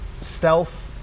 stealth